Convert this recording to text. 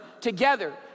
together